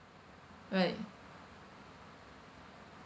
right